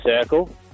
circle